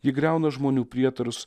ji griauna žmonių prietarus